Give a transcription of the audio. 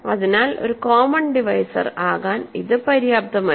അതിനാൽ ഒരു common divisor അകാൻ ഇത് പര്യാപ്തമല്ല